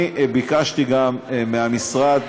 אני ביקשתי גם ממשרד